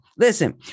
Listen